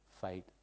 fight